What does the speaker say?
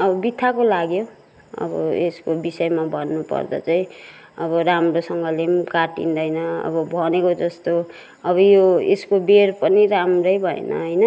अब बित्थाको लाग्यो अब यसको विषयमा भन्नु पर्दा चाहिँ अब राम्रोसँगले पनि काटिँदैन अब भनेको जस्तो अब यो यसको बेँड पनि राम्रै भएन होइन